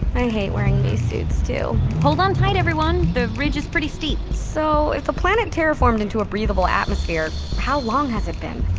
i hate wearing these suits, too hold on tight everyone, this ridge is pretty steep so if the planet terraformed into a breathable atmosphere how long has it been?